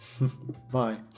bye